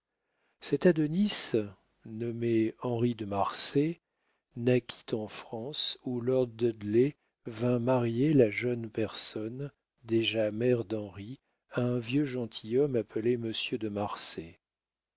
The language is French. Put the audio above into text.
cet adonis nommé henri de marsay naquit en france où lord dudley vint marier la jeune personne déjà mère d'henri à un vieux gentilhomme appelé monsieur de marsay